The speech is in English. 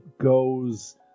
goes